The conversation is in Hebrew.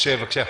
משה, בבקשה.